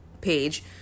page